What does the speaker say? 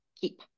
keep